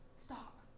Stop